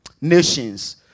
nations